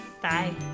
Bye